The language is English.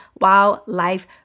Wildlife